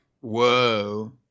Whoa